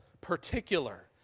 particular